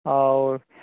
ହେଉ